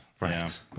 Right